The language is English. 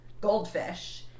goldfish